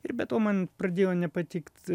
ir be to man pradėjo nepatikt